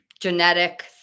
genetic